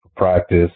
practice